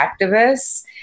activists